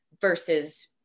versus